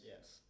Yes